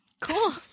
Cool